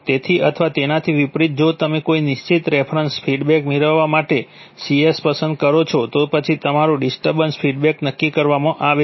તેથી અથવા તેનાથી વિપરીત જો તમે કોઈ નિશ્ચિત રેફરન્સ ફીડબેક મેળવવા માટે C પસંદ કરો છો તો પછી તમારો ડિસ્ટર્બન્સ ફીડબેક નક્કી કરવામાં આવે છે